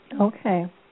Okay